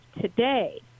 today